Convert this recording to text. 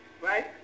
right